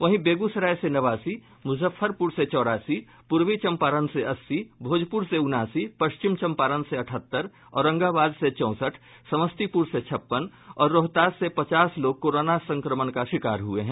वहीं बेगूसराय से नवासी मुजफ्फरपुर से चौरासी पूर्वी चंपारण से अस्सी भोजपुर से उनासी पश्चिम चंपारण से अठहत्तर औरंगाबाद से चौसठ समस्तीपुर से छप्पन और रोहतास से पचास लोग कोरोना संक्रमण का शिकार हुए हैं